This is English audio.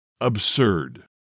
Absurd